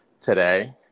Today